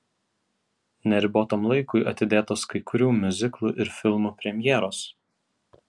neribotam laikui atidėtos kai kurių miuziklų ir filmų premjeros